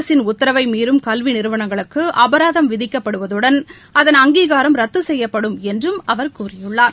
அரசின் உத்தரவை மீறும் கல்வி நிறுவனங்களுக்கு அபராதம் விதிக்கப்படுவதுடன் அதன் அங்கீகாரம் ரத்து செய்யப்படும் என்றும் அவர் கூறியுள்ளார்